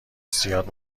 زیاد